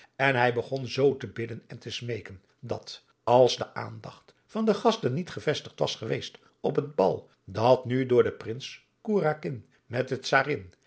en hij begon zoo te bidden en te smeeken dat als de aandacht van de gasten niet gevestigd was geweest op het bal dat nu door den prins kourakin met de czarin